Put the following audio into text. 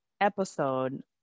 episode